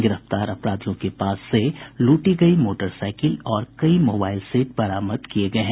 गिरफ्तार अपराधियों के पास से लूटी गयी मोटरसाईकिल और कई मोबाईल सेट बरामद किये गये हैं